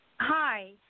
Hi